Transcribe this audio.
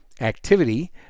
activity